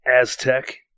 Aztec